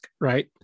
right